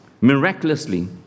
miraculously